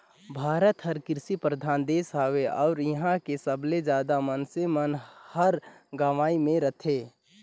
भारत हर कृसि परधान देस हवे अउ इहां के सबले जादा मनइसे मन हर गंवई मे रथें